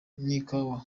n’ikawa